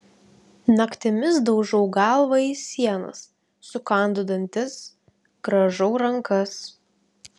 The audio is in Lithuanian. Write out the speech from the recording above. naktimis daužau galvą į sienas sukandu dantis grąžau rankas